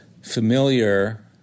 familiar